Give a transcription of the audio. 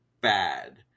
bad